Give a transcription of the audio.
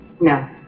No